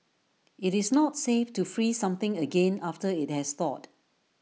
IT is not safe to freeze something again after IT has thawed